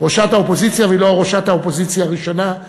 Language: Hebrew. והיא לא ראשת האופוזיציה הראשונה,